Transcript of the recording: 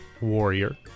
warrior